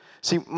See